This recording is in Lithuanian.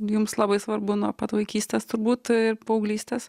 jums labai svarbu nuo pat vaikystės turbūt ir paauglystės